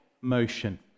motion